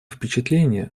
впечатление